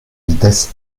vitesses